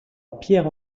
pierre